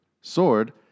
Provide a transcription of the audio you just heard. sword